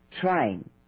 trying